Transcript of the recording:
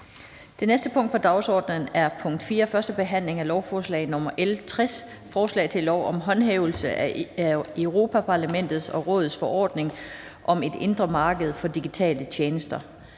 Det næste punkt på dagsordenen er: 4) 1. behandling af lovforslag nr. L 60: Forslag til lov om håndhævelse af Europa-Parlamentets og Rådets forordning om et indre marked for digitale tjenester.